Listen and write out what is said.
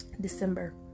December